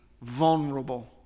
vulnerable